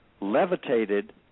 levitated